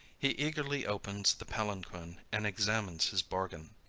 he eagerly opens the palanquin and examines his bargain.